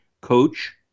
coach